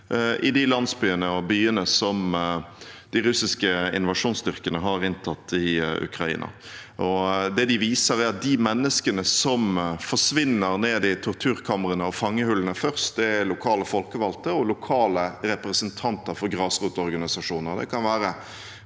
i de landsbyene og byene de russiske invasjonsstyrkene har inntatt i Ukraina. Det de viser, er at de menneskene som forsvinner ned i torturkamrene og fangehullene først, er lokale folkevalgte og lokale representanter for grasrotorganisasjoner.